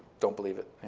don't believe it.